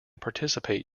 participate